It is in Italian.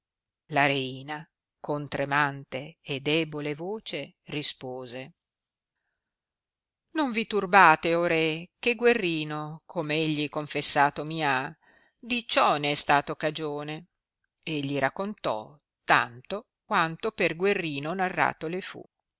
la reina con tremante e debole voce rispose non vi turbate o re che guerrino com egli confessato mi ha di ciò n è stato cagione e gli raccontò tanto quanto per guerrino narrato le fu